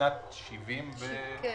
בשנת 1970,